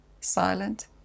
silent